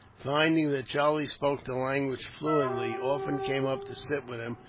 finding that charlie spoke the language fluently, often came up to sit with him,